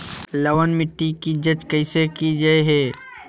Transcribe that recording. लवन मिट्टी की जच कैसे की जय है?